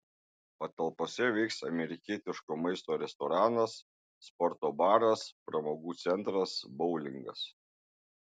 patalpose veiks amerikietiško maisto restoranas sporto baras pramogų centras boulingas